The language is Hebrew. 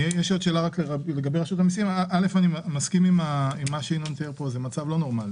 אני מסכים עם מה שינון תיאר פה, זה מצב לא נורמלי,